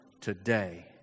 today